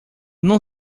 não